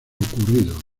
ocurrido